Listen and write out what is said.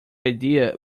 idea